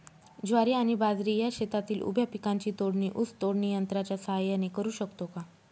ज्वारी आणि बाजरी या शेतातील उभ्या पिकांची तोडणी ऊस तोडणी यंत्राच्या सहाय्याने करु शकतो का?